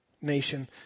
nation